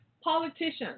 Politicians